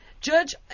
Judge